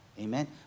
Amen